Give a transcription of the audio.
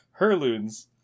Herloons